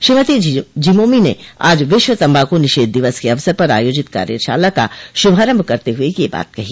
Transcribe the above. श्रीमती झिमोमी ने आज विश्व तम्बाकू निषेध दिवस के अवसर पर आयोजित कार्यशाला का शुभारम्भ करते हुए यह बात कही